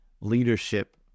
leadership